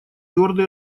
твердо